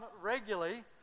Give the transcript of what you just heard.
regularly